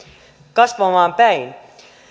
kasvamaan päin